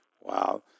Wow